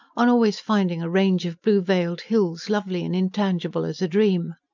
on always finding a range of blue-veiled hills, lovely and intangible as a dream?